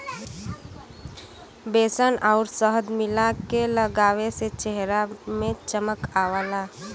बेसन आउर शहद मिला के लगावे से चेहरा में चमक आवला